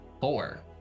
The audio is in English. four